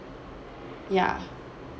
ya